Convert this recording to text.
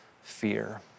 fear